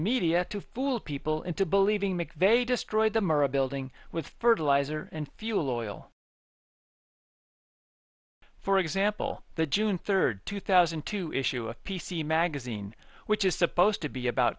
media to fool people into believing mcveigh destroyed the murrah building with fertilizer and fuel oil for example the june third two thousand and two issue a p c magazine which is supposed to be about